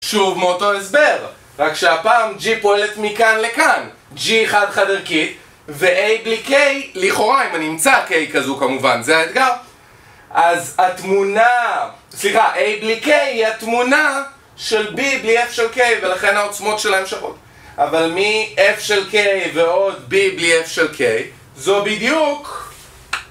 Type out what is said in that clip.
שוב מאותו הסבר, רק שהפעם G פועלת מכאן לכאן G חד חד ערכית ו-A בלי K, לכאורה אם אני אמצא K כזו כמובן, זה האתגר אז התמונה סליחה, A בלי K היא התמונה של B בלי F של K ולכן העוצמות שלהן שוות אבל מי F של K ועוד B בלי F של K זו בדיוק